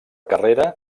carrera